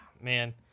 man